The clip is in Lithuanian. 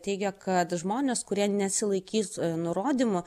teigė kad žmonės kurie nesilaikys nurodymų